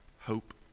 hope